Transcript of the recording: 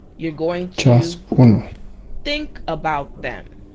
you're going to think about them.